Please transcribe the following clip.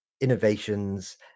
innovations